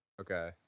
Okay